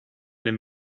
den